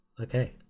okay